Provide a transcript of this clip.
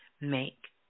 make